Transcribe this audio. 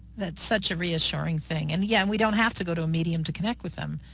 that's such a reassuring thing. and yeah and we don't have to go to a medium to connect with them.